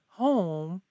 home